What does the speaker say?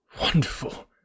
Wonderful